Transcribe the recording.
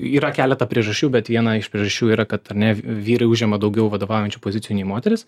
yra keletą priežasčių bet viena iš priežasčių yra kad ar ne vyrai užima daugiau vadovaujančių pozicijų nei moterys